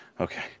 Okay